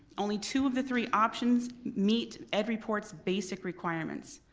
only two of the three options meet every port's basic requirements.